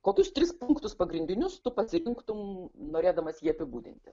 kokius tris punktus pagrindinius tu pasirinktum norėdamas jį apibūdinti